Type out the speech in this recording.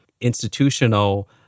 institutional